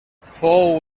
fou